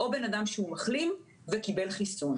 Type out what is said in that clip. או בן אדם שהוא מחלים וקיבל חיסון.